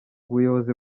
ubuyobozi